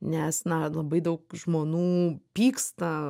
nes na labai daug žmonų pyksta